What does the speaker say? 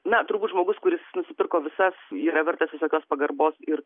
na turbūt žmogus kuris nusipirko visas yra vertas visokios pagarbos ir